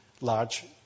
Large